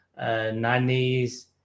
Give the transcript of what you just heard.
90s